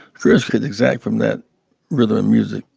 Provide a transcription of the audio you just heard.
curtis could exact from that rhythm and music.